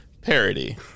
parody